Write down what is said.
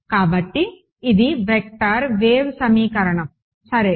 కాబట్టి ఇది vector wave సమీకరణం సరే